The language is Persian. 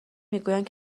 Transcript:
میگویند